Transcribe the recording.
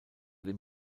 dem